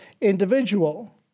individual